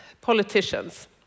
politicians